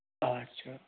ਅੱਛਾ